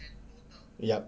yup